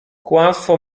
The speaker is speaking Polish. kłamstwo